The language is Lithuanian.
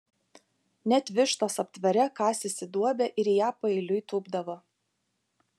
net vištos aptvare kasėsi duobę ir į ją paeiliui tūpdavo